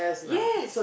yes